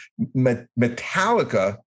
Metallica